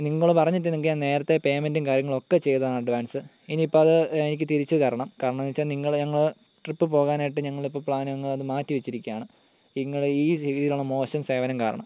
നിങ്ങള് പറഞ്ഞിട്ട് നിങ്ങൾക്ക് ഞാൻ നേരത്തെ പേമെന്റും കാര്യങ്ങളൊക്കെ ചെയ്ത് അഡ്വാൻസ് ഇനിയിപ്പോൾ അത് എനിക്ക് തിരിച്ച് തരണം കാരണം എന്ന് വെച്ചാൽ നിങ്ങൾ ഞങ്ങൾ ട്രിപ്പ് പോകാനായിട്ട് ഞങ്ങൾ ഇപ്പോൾ പ്ലാൻ അങ്ങ് അത് മാറ്റി വച്ചിരിക്കുകയാണ് നിങ്ങൾ ഈ രീതിയിലുള്ള മോശം സേവനം കാരണം